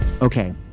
Okay